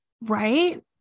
right